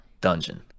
dungeon